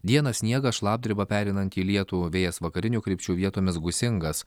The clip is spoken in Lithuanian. dieną sniegas šlapdriba pereinanti į lietų vėjas vakarinių krypčių vietomis gūsingas